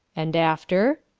and after?